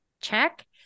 check